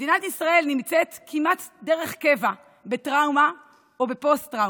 מדינת ישראל נמצאת כמעט דרך קבע בטראומה או בפוסט-טראומה